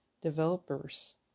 developers